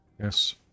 Yes